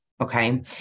Okay